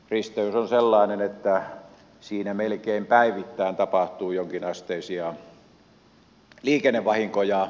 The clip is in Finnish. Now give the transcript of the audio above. risteys on sellainen että siinä melkein päivittäin tapahtuu jonkinasteisia liikennevahinkoja